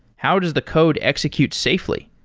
how does the code execute safely?